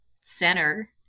center